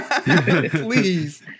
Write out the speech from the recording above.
please